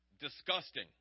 disgusting